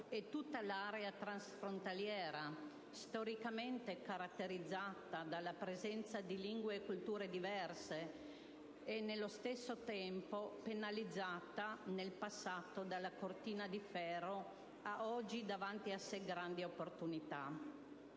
e tutta l'area transfrontaliera, storicamente caratterizzata dalla presenza di lingue e culture diverse, al contempo penalizzata nel passato dalla "cortina di ferro", ha oggi davanti a sé grandi opportunità.